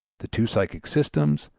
the two psychic systems,